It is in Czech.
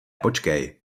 počkej